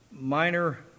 minor